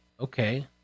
okay